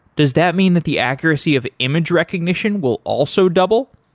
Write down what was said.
does that mean that the accuracy of image recognition will also double?